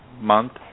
month